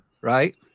right